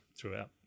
throughout